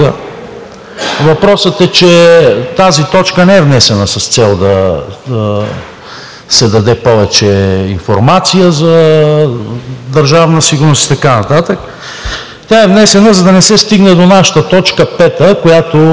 Въпросът е, че тази точка не е внесена с цел да се даде повече информация за Държавна сигурност и така нататък. Тя е внесена, за да не стигне до нашата точка пета, която